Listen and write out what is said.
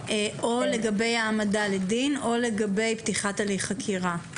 או לגבי העמדה לדין או לגבי פתיחת הליך חקירה?